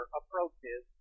approaches